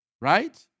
Right